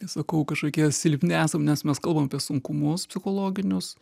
sakau kažkokie silpni esam nes mes kalbam apie sunkumus psichologinius